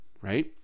right